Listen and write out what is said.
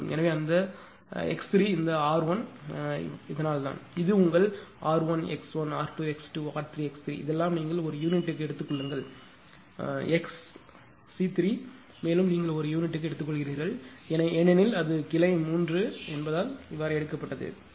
எனவே அந்த இந்த x3 இந்த r1 அதனால் தான் இது உங்கள் r1 x1 r2 x2 r3 x3 இதெல்லாம் நீங்கள் ஒரு யூனிட்டுக்கு எடுத்துக்கொள்ளுங்கள் xC3 மேலும் நீங்கள் ஒரு யூனிட்டுக்கு எடுத்துக்கொள்கிறீர்கள் ஏனெனில் அது கிளை 3 என்பதால் எடுக்கப்பட்டது